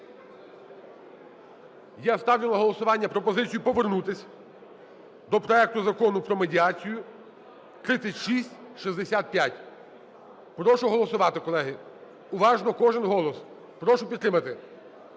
Я ставлю на голосування пропозицію повернутися до проект Закону про медіацію (3665). Прошу голосувати, колеги. Уважно, кожен голос! Прошу підтримати.